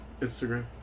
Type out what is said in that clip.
Instagram